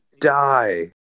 die